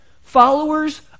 followers